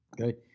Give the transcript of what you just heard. okay